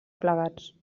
plegats